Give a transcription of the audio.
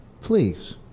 please